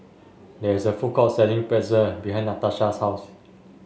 there is a food court selling Pretzel behind Natasha's house